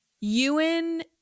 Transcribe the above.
Ewan